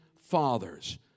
fathers